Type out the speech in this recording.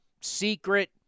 secret